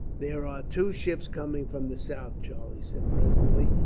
there are two ships coming from the south, charlie said presently.